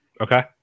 okay